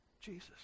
Jesus